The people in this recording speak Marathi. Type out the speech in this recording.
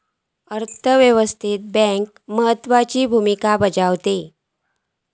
अर्थ व्यवस्थेत बँक महत्त्वाची भूमिका बजावता